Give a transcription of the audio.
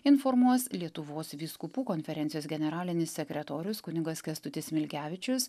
informuos lietuvos vyskupų konferencijos generalinis sekretorius kunigas kęstutis smilgevičius